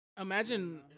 imagine